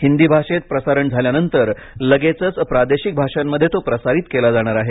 हिंदी भाषेत प्रसारण झाल्यानंतर लगेचच प्रादेशिक भाषांमध्ये तो प्रसारित केला जाणार आहे